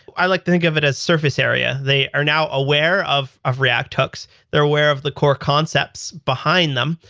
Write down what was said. i like to think of it as surface area. they are now aware of of react hooks. they're aware of the core concepts behind them,